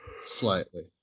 slightly